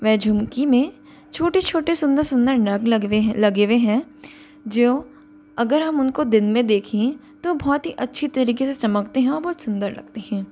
वह झुमकी मे छोटे छोटे सुन्दर सुन्दर नग लगे हुए लगे हुए हैं जो अगर हम उनको दिन में देखें तो बहुत ही अच्छे तरीके से चमकते है और बहुत सुन्दर लगते हैं